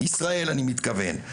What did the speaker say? ישראל אני מתכוון,